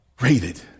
rated